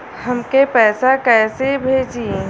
हमके पैसा कइसे भेजी?